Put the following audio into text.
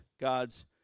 God's